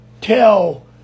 tell